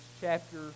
chapter